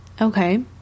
Okay